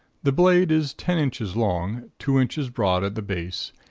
the blade is ten inches long, two inches broad at the base,